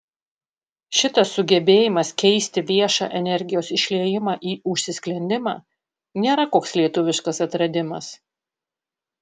šitas sugebėjimas keisti viešą energijos išliejimą į užsisklendimą nėra koks lietuviškas atradimas